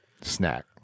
snack